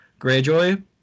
Greyjoy